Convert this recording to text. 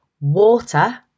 water